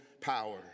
power